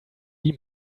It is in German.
wie